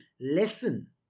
lesson